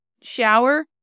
shower